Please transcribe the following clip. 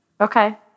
okay